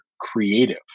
creative